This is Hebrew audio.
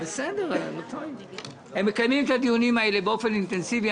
הם מקיימים את הדיונים האלה באופן אינטנסיבי.